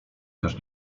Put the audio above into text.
też